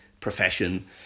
profession